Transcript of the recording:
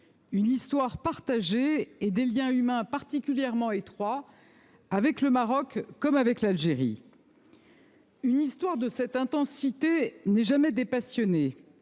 une histoire partagée et des liens humains particulièrement étroits avec le Maroc comme avec l'Algérie. Une histoire de cette intensité n'est jamais dépassionnée.